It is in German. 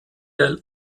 der